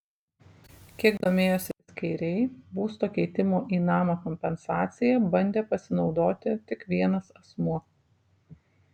kiek domėjosi skeiriai būsto keitimo į namą kompensacija bandė pasinaudoti tik vienas asmuo